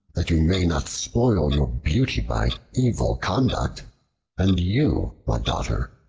that you may not spoil your beauty by evil conduct and you, my daughter,